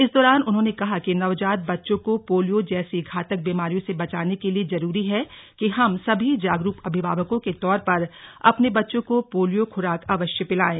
इस दौरान उन्होंने कहा कि नवजात बच्चों को पोलियो जैसी घातक बीमारियों से बचाने के लिए जरूरी है कि हम सभी जागरूक अभिभावक के तौर पर अपने बच्चों को पोलियो खुराक अवश्य पिलाएं